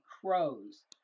crows